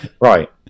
Right